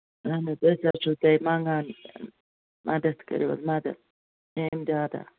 اَہَن حظ أسۍ حظ چھِو تۄہہِ مَنٛگان مدتھ کٔرِو حظ مَدتھ کیٚنٛہہ اِمدادہ